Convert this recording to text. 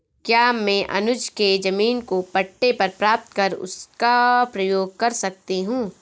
क्या मैं अनुज के जमीन को पट्टे पर प्राप्त कर उसका प्रयोग कर सकती हूं?